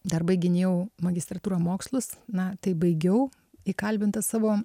dar baiginėjau magistratūrą mokslus na tai baigiau įkalbinta savo